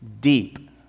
deep